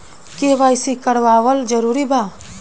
KYC करवावल जरूरी बा?